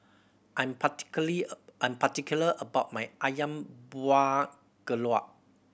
I'm I'm particular about my Ayam Buah Keluak